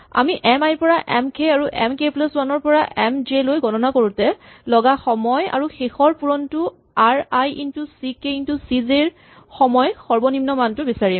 আমি M I ৰ পৰা এম কে আৰু এম কে প্লাচ ৱান ৰ পৰা এম জে লৈ গণনা কৰোতে লগা সময় আৰু আৰু শেষৰ পূৰণটো R I into C K into C J ৰ সময় সৰ্বনিম্ন মানটো বিচাৰিম